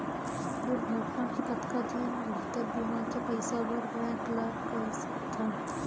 दुर्घटना के कतका दिन भीतर बीमा के पइसा बर बैंक ल कई सकथन?